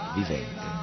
vivente